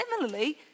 similarly